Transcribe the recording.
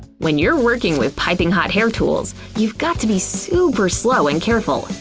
when you're working with piping hot hair tools, you've got to be super slow and careful. and